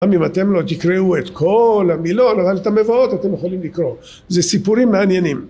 אם אתם לא תקראו את כל המילון אבל את המבואות אתם יכולים לקרוא זה סיפורים מעניינים